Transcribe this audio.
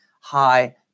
high